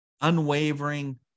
unwavering